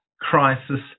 crisis